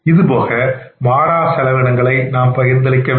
இதுபோக மாறா செலவினங்களை நாம் பகிர்ந்தளித்தல் வேண்டும்